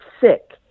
sick